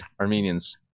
Armenians